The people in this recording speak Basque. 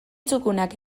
txukunak